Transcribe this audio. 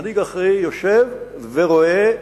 מנהיג אחראי יושב ורואה,